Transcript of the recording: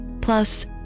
plus